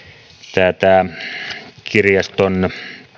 tämä kirjaston